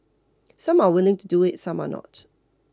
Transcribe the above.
some are willing to do it some are not